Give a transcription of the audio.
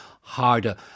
harder